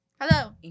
Hello